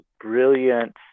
brilliant